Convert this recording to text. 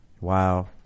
Wow